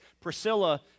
Priscilla